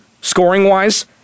scoring-wise